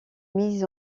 mis